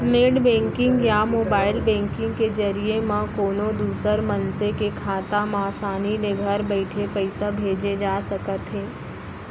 net banking या mobile banking के जरिए म कोनों दूसर मनसे के खाता म आसानी ले घर बइठे पइसा भेजे जा सकत हे